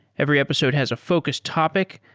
every episode has a focus topic,